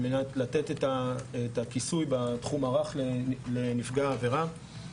על מנת לתת את הכיסוי בתחום הרך לנפגע העבירה.